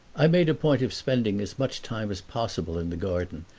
i made a point of spending as much time as possible in the garden,